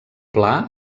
pla